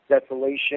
Desolation